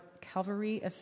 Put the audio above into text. Calvary